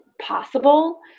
possible